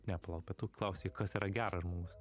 ne palauk bet tu klausei kas yra geras žmogus